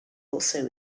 also